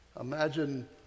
Imagine